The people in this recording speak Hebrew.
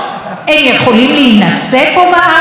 האם הם בכלל יכולים שיהיו להם ילדים?